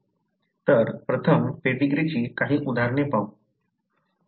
तर प्रथम पेडीग्रीची काही उदाहरणे पाहू